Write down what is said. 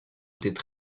étaient